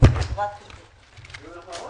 חברת נצר השרון בע"מ (להלן: "נצר השרון"